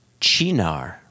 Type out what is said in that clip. Chinar